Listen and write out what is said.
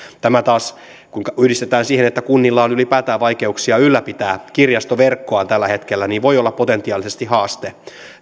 tämä taas kun se yhdistetään siihen että kunnilla on ylipäätään vaikeuksia ylläpitää kirjastoverkkoaan tällä hetkellä voi olla potentiaalisesti haaste